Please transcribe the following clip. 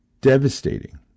devastating